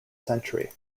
century